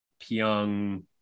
Pyongyang